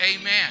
amen